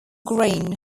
green